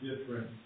different